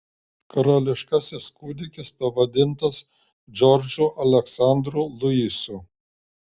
karališkasis kūdikis pavadintas džordžu aleksandru luisu